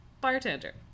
bartender